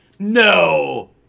No